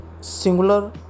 Singular